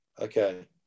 Okay